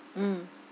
mm